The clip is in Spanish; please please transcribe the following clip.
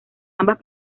ambas